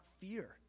fear